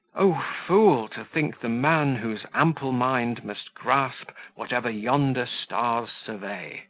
o fool! to think the man, whose ample mind must grasp whatever yonder stars survey'